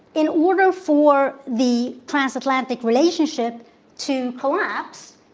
in order for the transatlantic relationship to collapse,